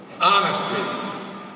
Honesty